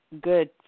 good